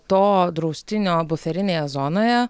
to draustinio buferinėje zonoje